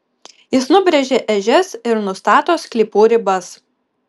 jis nubrėžia ežias ir nustato sklypų ribas